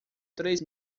três